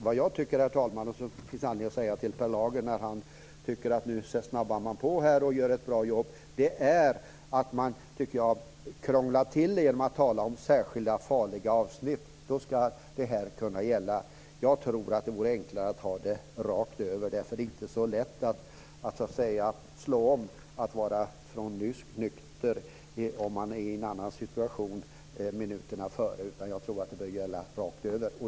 Vad jag tycker, herr talman, och som det finns anledning att säga till Per Lager när han tycker att man snabbar på här och gör ett bra jobb är att man krånglar till detta genom att tala om särskilda farliga avsnitt då det här ska kunna gälla. Jag tror att det vore enklare att ha det rakt över. Det är inte så lätt att så att säga slå om till att vara nykter om man är i en annan situation minuterna före, utan jag tror att det bör gälla rakt över.